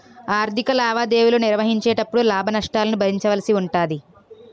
ఆర్ధిక లావాదేవీలు నిర్వహించేటపుడు లాభ నష్టాలను భరించవలసి ఉంటాది